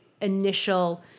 initial